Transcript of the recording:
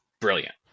brilliant